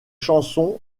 chansons